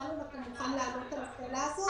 שלום, אתה מוכן לענות על השאלה הזאת?